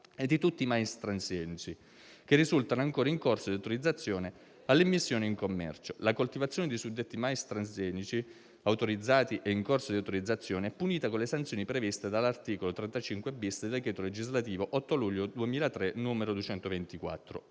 e di tutti i mais transgenici che risultano ancora in corso di autorizzazione all'immissione in commercio. La coltivazione di suddetti mais transgenici, autorizzati o in corso di autorizzazione, è punita con le sanzioni previste dall'articolo 35-*bis* del decreto legislativo dell'8 luglio 2003, n. 224.